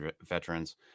veterans